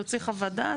שיוציא חוות דעת.